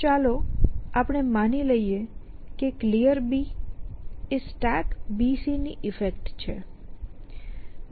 તો ચાલો આપણે માની લઈએ કે Clear એ StackBC ની ઈફેક્ટ છે